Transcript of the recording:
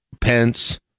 Pence